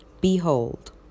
behold